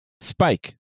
Spike